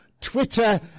Twitter